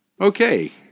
Okay